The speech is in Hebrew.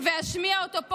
ואשמיע אותה פה.